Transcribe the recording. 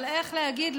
אבל איך להגיד,